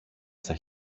στα